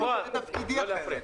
--- בועז, לא להפריע.